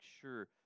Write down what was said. sure